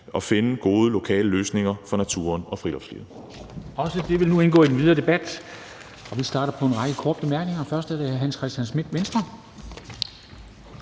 og finde gode lokale løsninger for naturen og friluftslivet.«